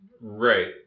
Right